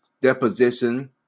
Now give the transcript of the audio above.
deposition